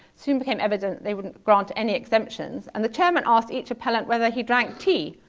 soon became evident they wouldn't grant any exemptions. and the chairman asked each appellant whether he drank tea.